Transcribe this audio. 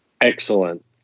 Excellent